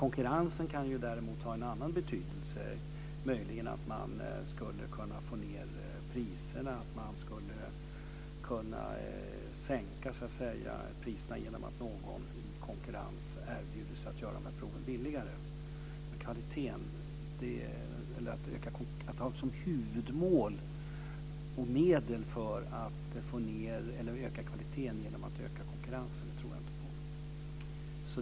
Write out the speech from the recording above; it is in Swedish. Konkurrensen kan däremot ha en annan betydelse, möjligen att man skulle kunna sänka priserna genom att någon i konkurrens erbjuder sig att göra proven billigare. Men att öka kvaliteten genom att öka konkurrensen tror jag inte på.